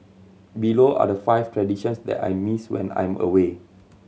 below are the five traditions that I miss when I'm away